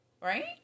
Right